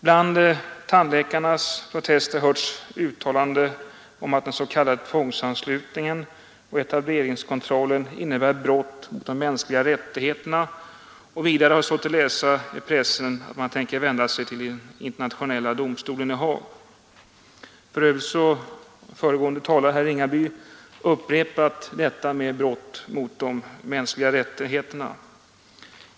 Bland tandläkarnas protester har hörts uttalanden om att den s.k. tvångsanslutningen och etableringskontrollen innebär brott mot de mänskliga rättigheterna, och vidare har det stått att läsa i pressen att man tänker vända sig till Internationella domstolen i Haag! För övrigt har föregående talare, herr Ringaby, upprepat detta om brott mot de mänskliga rättigheterna.